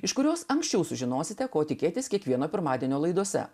iš kurios anksčiau sužinosite ko tikėtis kiekvieno pirmadienio laidose